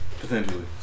Potentially